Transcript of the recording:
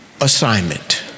assignment